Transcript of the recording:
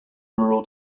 rural